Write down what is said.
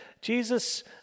Jesus